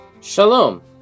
Shalom